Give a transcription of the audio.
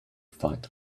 fight